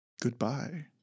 Goodbye